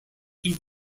eat